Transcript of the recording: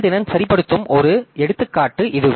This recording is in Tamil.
செயல்திறன் சரிப்படுத்தும் ஒரு எடுத்துக்காட்டு இது